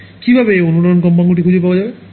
কীভাবে সেই অনুরণন কম্পাঙ্ক টি খুঁজে পাওয়া যাবে